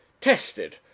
Tested